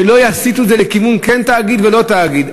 שלא יסיטו את זה לכיוון "כן תאגיד" ו"לא תאגיד".